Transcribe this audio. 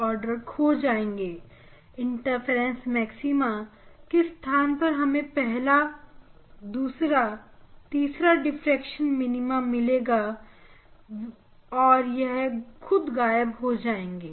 interference maxima किस स्थान पर हमें पहला दूसरा तीसरा डिफ्रेक्शन मिनिमम मिलेगा और यह खुद गायब हो जाएंगे